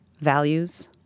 values